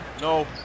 No